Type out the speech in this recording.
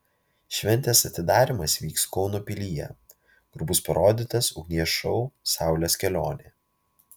šventės atidarymas vyks kauno pilyje kur bus parodytas ugnies šou saulės kelionė